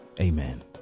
amen